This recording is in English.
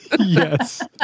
Yes